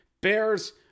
Bears